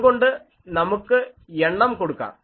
അതുകൊണ്ട് നമുക്ക് എണ്ണം കൊടുക്കാം